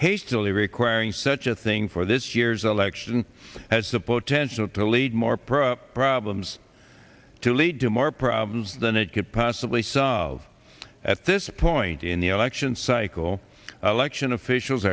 hastily requiring such a thing for this year's election has the potential to lead more prone problems to lead to more problems than it could possibly solve at this point in the election cycle election officials